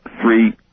three